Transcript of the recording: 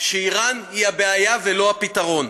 שאיראן היא הבעיה ולא הפתרון.